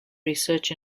research